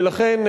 ולכן,